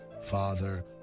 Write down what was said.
father